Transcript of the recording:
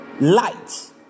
light